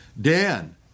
Dan